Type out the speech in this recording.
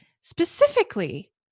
specifically